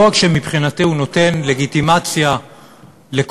לא רק שמבחינתי הוא נותן לגיטימציה לכל